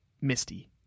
misty